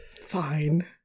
Fine